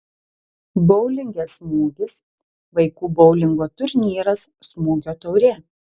boulinge smūgis vaikų boulingo turnyras smūgio taurė